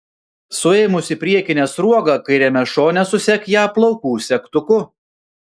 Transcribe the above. suėmusi priekinę sruogą kairiame šone susek ją plaukų segtuku